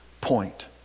point